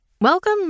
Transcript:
Welcome